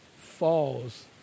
falls